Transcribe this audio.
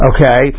Okay